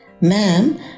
Ma'am